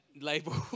label